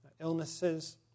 illnesses